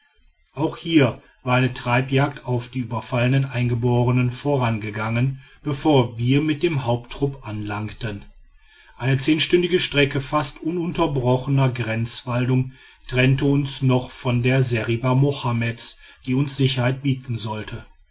auch hier war eine treibjagd auf die überfallenen eingeborenen vorangegangen bevor wir mit dem haupttrupp anlangten eine zehnstündige strecke fast ununterbrochener grenzwaldung trennte uns noch von der seriba mohammeds die uns sicherheit bieten sollte